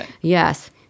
yes